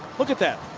look at that.